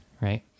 right